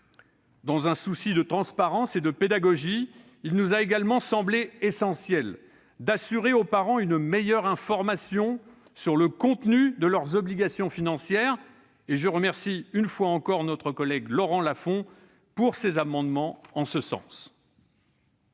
Dans un souci de transparence et de pédagogie, il nous a également semblé essentiel d'assurer aux parents une meilleure information sur le contenu de leurs obligations financières- je remercie une nouvelle fois notre collègue Laurent Lafon pour ses amendements en ce sens.